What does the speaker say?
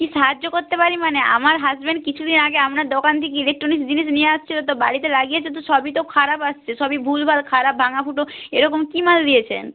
কী সাহায্য করতে পারি মানে আমার হাজব্যান্ড কিছু দিন আগে আপনার দোকান থেকে ইলেকট্রনিক্স জিনিস নিয়ে এসেছিল তো বাড়িতে লাগিয়েছে তো সবই তো খারাপ এসেছে সবই ভুলভাল খারাপ ভাঙা ফুটো এরকম কী মাল দিয়েছেন